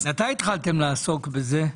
מתי התחלתם לעסוק בחוק הזה?